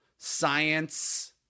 science